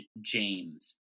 James